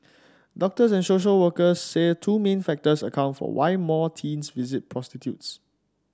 doctors and social workers say two main factors account for why more teens visit prostitutes